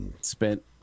spent